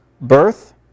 birth